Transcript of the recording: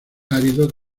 áridos